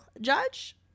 Judge